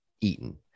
eaten